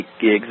gigs